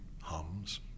hums